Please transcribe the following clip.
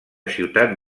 ciutat